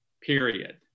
period